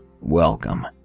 Welcome